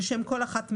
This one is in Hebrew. לשם כל אחת מאלה: